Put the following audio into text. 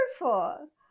wonderful